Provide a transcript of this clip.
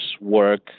work